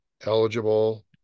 eligible